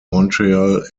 montreal